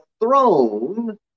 throne